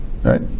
right